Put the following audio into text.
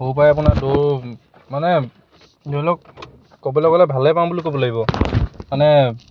সৰুৰ পাই আপোনাৰ দৌৰ মানে ধৰি লওক ক'বলৈ গ'লে ভালেই পাম বুলি ক'ব লাগিব মানে